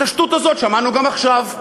את השטות הזאת שמענו גם עכשיו.